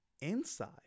Inside